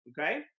Okay